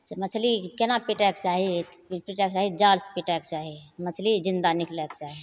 से मछली कोना पिटैके चाही पिटैके चाही जालसे पिटैके चाही मछली जिन्दा निकलैके चाही